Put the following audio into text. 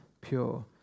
pure